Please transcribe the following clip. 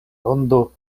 rondo